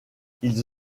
ils